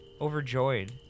overjoyed